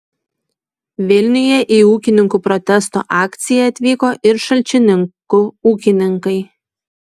vilniuje į ūkininkų protesto akciją atvyko ir šalčininkų ūkininkai